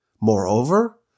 Moreover